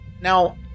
Now